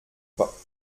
pas